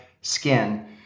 skin